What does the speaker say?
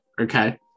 okay